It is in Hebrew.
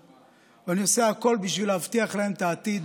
ואני עושה הכול כדי להבטיח להם את העתיד